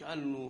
ונשאלנו,